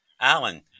Alan